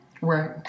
Right